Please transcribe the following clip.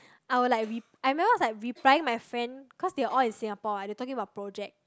I will like rep~ I remember I was like replying my friend because they're all in Singapore and they talking about project